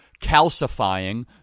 calcifying